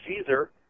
Caesar